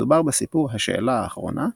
מדובר בסיפור "השאלה האחרונה"